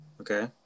Okay